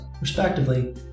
respectively